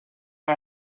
her